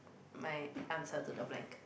my answer to the blank